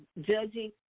judging